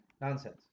nonsense